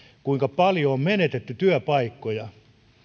kuinka paljon on menetetty työpaikkoja